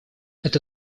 это